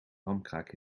ramkraak